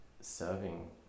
serving